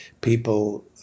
People